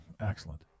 Excellent